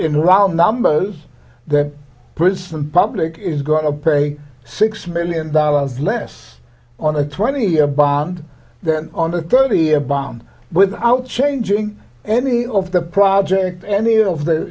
in round numbers that prison public is going to pay six million dollars less on a twenty year bond then on the attorney a bond without changing any of the project any of the